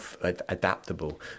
adaptable